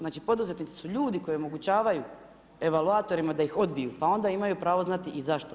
Znači, poduzetnici su ljudi koji omogućavaju evaluatorima da ih odbiju, pa onda imaju pravo znati i zašto.